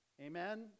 Amen